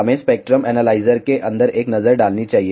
हमें spectrum analyser के अंदर एक नजर डालनी चाहिए